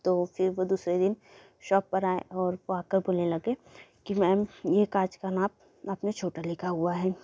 तो फिर वह दूसरे दिन शॉप पर आए और वो आ कर बोलने लगे कि मैंम ये काँच का नाप अपने छोटा लिखा हुआ है